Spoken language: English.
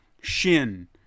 shin